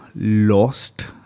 lost